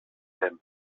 him